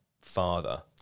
father